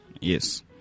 Yes